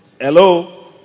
Hello